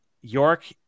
York